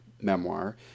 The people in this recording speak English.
memoir